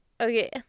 okay